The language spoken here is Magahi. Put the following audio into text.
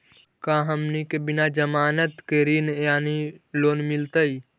का हमनी के बिना जमानत के ऋण यानी लोन मिलतई?